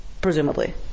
presumably